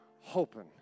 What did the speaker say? hoping